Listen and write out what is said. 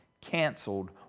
canceled